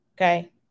Okay